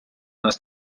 нас